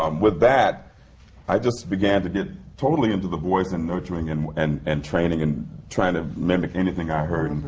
um with that i just began to get totally into the voice and nurturing and and and training and trying to mimic anything i heard.